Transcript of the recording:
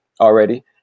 already